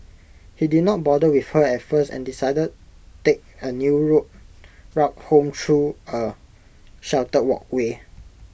he did not bother with her at first and decided take A new route rock home through A sheltered walkway